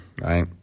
right